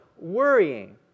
worrying